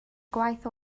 gwaith